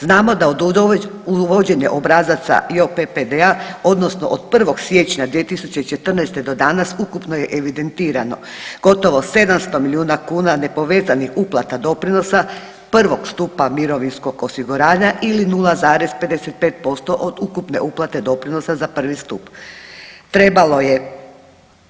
Znamo da uvođenje obrazaca JOPPD-a odnosno od 1. siječnja 2014. do danas, ukupno je evidentirano gotovo 700 milijuna kuna nepovezanih uplata doprinosa prvog stupa mirovinskog osiguranja ili 0,55% od ukupne uplate doprinosa za prvi stup.